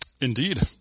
Indeed